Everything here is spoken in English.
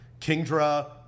Kingdra